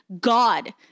God